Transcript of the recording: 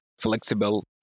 Flexible